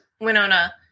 Winona